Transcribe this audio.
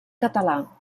català